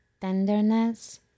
tenderness